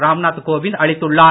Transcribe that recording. ராம்நாத் கோவிந்த் அளித்துள்ளார்